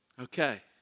Okay